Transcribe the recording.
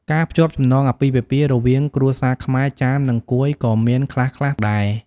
ការភ្ជាប់ចំណងអាពាហ៍ពិពាហ៍រវាងគ្រួសារខ្មែរ ចាម និងកួយក៏មានខ្លះៗដែរ។